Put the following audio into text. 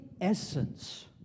essence